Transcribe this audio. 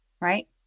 right